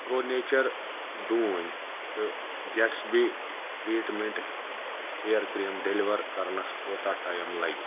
pro nature ڈوٗنۍ تہٕ gets be treatment hair cream deliver کَرنَس کوٗتاہ ٹایم لَگہِ